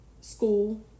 school